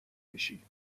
میشی